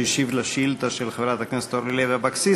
שהשיב על שאילתה של חברת הכנסת אורלי לוי אבקסיס.